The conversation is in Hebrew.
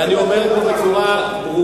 ואני אומר זאת בצורה ברורה,